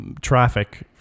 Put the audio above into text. traffic